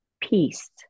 peace